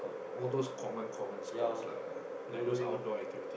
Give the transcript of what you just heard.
all those common common sports lah like those outdoor activities